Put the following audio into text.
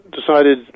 decided